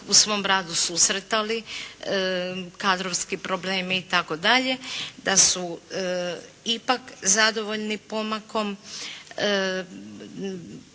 u svom radu susretali, kadrovski problemi itd. da su ipak zadovoljni pomakom,